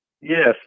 Yes